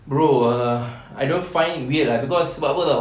bro uh I don't find it weird ah cause sebab apa [tau]